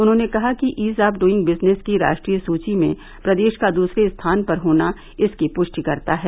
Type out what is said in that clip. उन्होंने कहा कि ईज ऑफ द्बूईग बिजनेस की राष्ट्रीय सूची में प्रदेश का दूसरे स्थान पर होना इसकी पुष्टि करता है